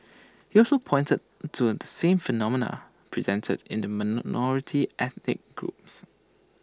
he also pointed to the same phenomena presented in the ethnic groups